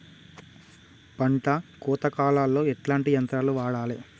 పంట కోత కాలాల్లో ఎట్లాంటి యంత్రాలు వాడాలే?